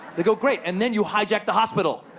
they go, great! and then you hijack the hospital.